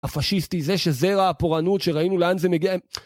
הפשיסטי זה שזרע הפורענות שראינו לאן זה מגיע